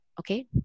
okay